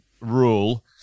rule